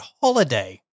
holiday